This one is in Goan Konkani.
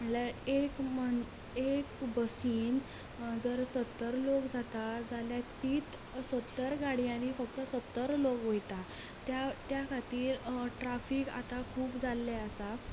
म्हणजे एक एक बसीन जर सत्तर लोक जाता जाल्यार तींच सत्तर गाडयांनी फक्त सत्तर लोक वयता त्या त्या खातीर ट्राफीक आतां खूब जाल्लें आसा